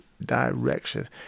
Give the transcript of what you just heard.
direction